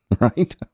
right